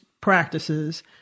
practices